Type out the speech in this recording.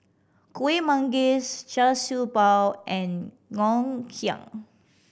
Kueh Manggis Char Siew Bao and Ngoh Hiang